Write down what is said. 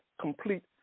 complete